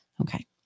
Okay